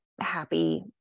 happy